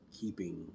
keeping